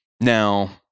now